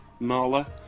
Marla